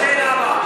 מה השאלה הבאה?